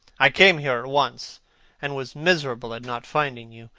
i came here at once and was miserable at not finding you.